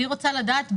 אני רוצה לדעת בדיוק,